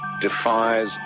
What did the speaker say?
defies